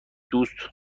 دوست